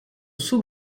sous